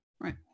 Right